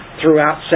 throughout